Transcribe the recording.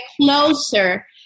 closer